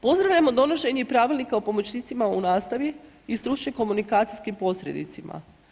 Pozdravljamo donošenje i Pravilnika o pomoćnicima u nastavi i stručnim komunikacijskim posrednicima.